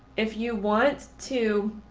if you want to